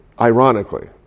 ironically